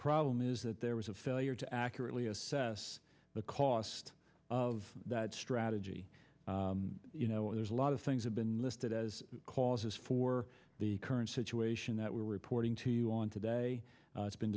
problem is that there was a failure to accurately assess the cost of that strategy you know there's a lot of things have been listed as causes for the current situation that we're reporting to you on today it's been